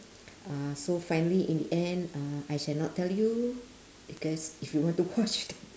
uh so finally in the end uh I shall not tell you because if you want to watch th~